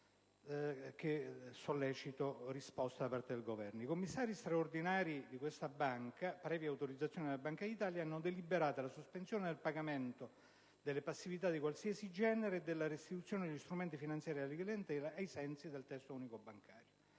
I commissari straordinari del Banco emiliano romagnolo, previa autorizzazione della Banca d'Italia, hanno deliberato la sospensione del pagamento delle passività di qualsiasi genere e della restituzione degli strumenti finanziari alla clientela, ai sensi dell'articolo